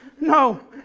no